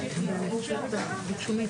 התשפ"ב-2022 ערב טוב לכולם,